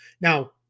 Now